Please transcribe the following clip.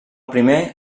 primer